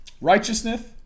Righteousness